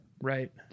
Right